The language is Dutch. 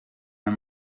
een